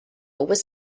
was